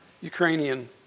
Ukrainian